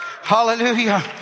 Hallelujah